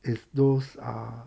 if those are